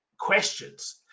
Questions